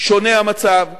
המצב שונה,